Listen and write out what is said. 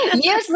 years